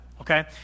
okay